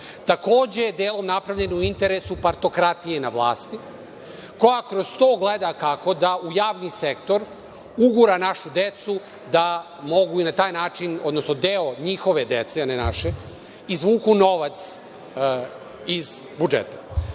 Takođe, delom je napravljen u interesu partokratije na vlasti, koja kroz to gleda kako da u javni sektor ugura našu decu da mogu i na taj način, odnosno deo njihove dece, a ne naše, izvuku novac iz budžeta. To